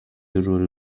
rural